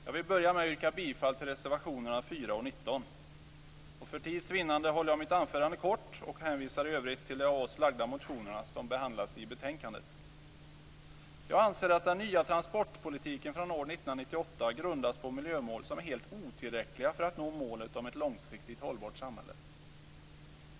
Fru talman! Jag vill börja med att yrka bifall till reservationerna 4 och 19. För tids vinnande håller jag mitt anförande kort och hänvisar i övrigt till de av oss lagda motionerna som behandlas i betänkandet. Jag anser att den nya transportpolitiken från år 1998 grundas på miljömål som är helt otillräckliga för att nå målet om ett långsiktigt hållbart samhälle.